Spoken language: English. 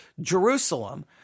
Jerusalem